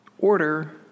order